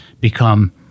become